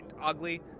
ugly